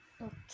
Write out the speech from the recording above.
Okay